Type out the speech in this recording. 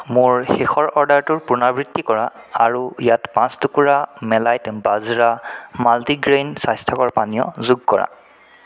মোৰ শেষৰ অৰ্ডাৰটোৰ পুনৰাবৃত্তি কৰা আৰু ইয়াত পাঁচ টুকুৰা মেলাইট বাজৰা মাল্টিগ্ৰেইন স্বাস্থ্যকৰ পানীয় যোগ কৰা